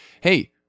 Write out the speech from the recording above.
hey